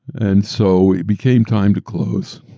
and so it became time to close.